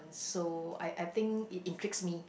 so I I think it intrigues me